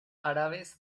árabes